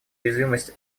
уязвимость